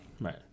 right